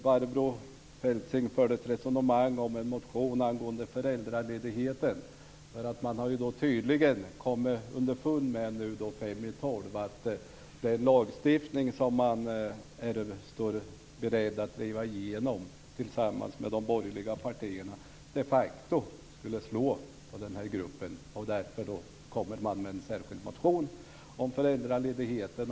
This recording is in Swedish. Barbro Feltzing förde ett resonemang om en motion angående föräldraledigheten. Miljöpartiet har tydligen kommit underfund med fem i tolv att den lagstiftning som Miljöpartiet är beredd att driva igenom tillsammans med de borgerliga partierna de facto skulle slå på den här gruppen. Därför kommer Miljöpartiet med en särskild motion om föräldraledigheten.